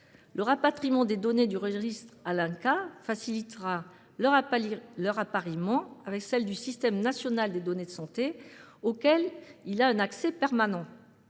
Le rapatriement des données du registre à l'INCa facilitera leur appariement avec celles du système national des données de santé, auxquelles l'Institut a un accès permanent.